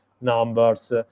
numbers